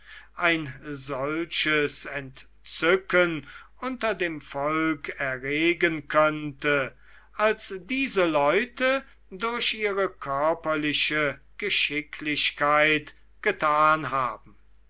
ein solches entzücken unter dem volke erregen könnte als diese leute durch ihre körperliche geschicklichkeit getan haben